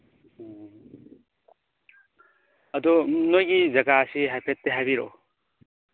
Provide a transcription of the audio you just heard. ꯎꯝ ꯑꯗꯨ ꯅꯣꯏꯒꯤ ꯖꯒꯥꯁꯤ ꯍꯥꯏꯐꯦꯠꯇꯤ ꯍꯥꯏꯕꯤꯔꯛꯎ